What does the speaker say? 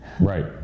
right